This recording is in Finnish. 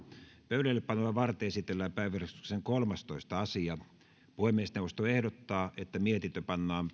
pöydällepanoa varten esitellään päiväjärjestyksen kolmastoista asia puhemiesneuvosto ehdottaa että mietintö pannaan